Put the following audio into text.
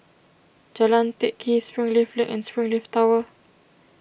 Jalan Teck Kee Springleaf Link and Springleaf Tower